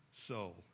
soul